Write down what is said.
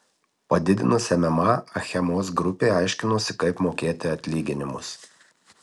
padidinus mma achemos grupė aiškinosi kaip mokėti atlyginimus